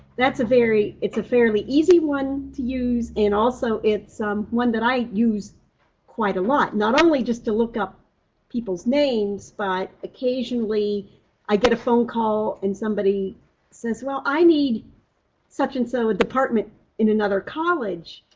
that's a very it's a fairly easy one to use, and also it's um one that i use quite a lot. not only just to look up people's names, but occasionally i get a phone call, and somebody says, well i need such and so department in another college.